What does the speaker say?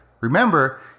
Remember